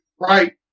Right